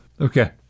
okay